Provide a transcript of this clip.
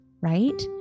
right